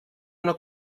una